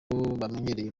bamenyereye